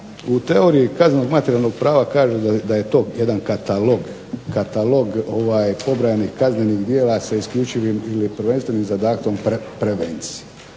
u teoriji kaznenog materijalnog prava kažu da je to jedan katalog, pobrojanih kaznenih djela sa isključivim ili prvenstvenim zadatkom prevencije.